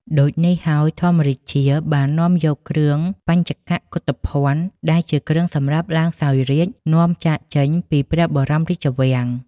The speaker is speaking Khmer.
ដូចនេះហើយ ធម្មរាជាបាននាំយកគ្រឿងបញ្ចកកុធភណ្ឌ ដែលជាគ្រឿងសម្រាប់ឡើងសោយរាជ្យ នាំចាកចេញពីព្រះបរមរាជវាំង។